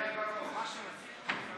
אדוני היושב-ראש,